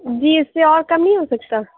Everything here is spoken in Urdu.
جی اِس سے اور کم نہیں ہو سکتا